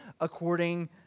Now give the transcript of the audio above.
according